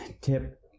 tip